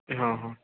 ହଁ ହଁ